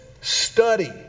study